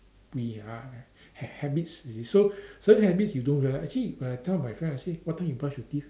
we are h~ habits you see so certain habits you don't realise actually when I tell my friend I say what time you brush your teeth